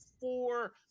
four